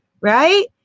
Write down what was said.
right